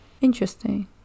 Interesting